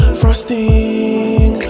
frosting